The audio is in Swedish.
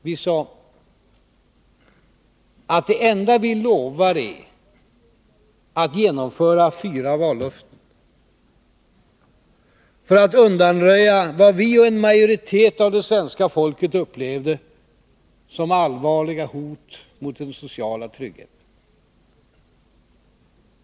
Vi sade att det enda vi lovar är att genomföra fyra vallöften, för att undanröja vad vi och en majoritet av det svenska folket upplevde som allvarliga hot mot den sociala tryggheten.